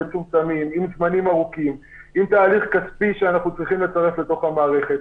עם תהליך כספי שאנחנו צריכים לצרף לתוך המערכת.